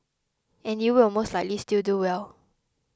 and you will most likely still do well